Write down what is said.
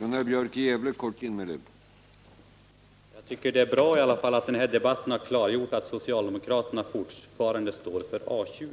Herr talman! Jag tycker att det i alla fall är bra att den här debatten har klargjort att socialdemokraterna fortfarande står för A 20.